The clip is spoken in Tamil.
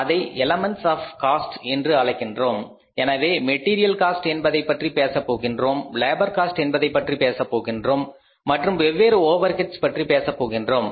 அதை எல்மெண்ட்ஸ் ஆஃ காஸ்ட் என்று அழைக்கின்றோம் எனவே மெட்டீரியல் காஸ்ட் என்பதைப் பற்றி பேசப் போகின்றோம் லேபர் காஸ்ட் என்பதைப்பற்றி பற்றி பேசப் போகின்றோம் மற்றும் வெவ்வேறு ஓவர் ஹெட்ஸ் பற்றி பேசப் போகின்றோம்